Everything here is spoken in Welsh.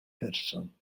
person